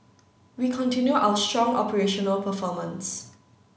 we continue our strong operational performance